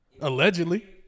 Allegedly